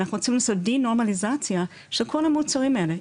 אנחנו רוצים לעשות דיס נורמליזציה של כל המוצרים האלה,